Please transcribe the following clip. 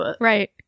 right